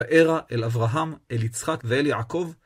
בארע אל אברהם, אל יצחק ואל יעקב.